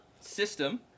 system